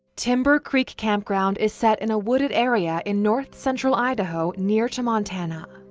timber creek campground is set in a wooded area in north central idaho near to montana.